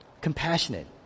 compassionate